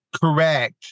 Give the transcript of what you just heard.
correct